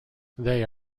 they